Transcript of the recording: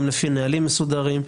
לפי נהלים מסודרים.